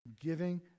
giving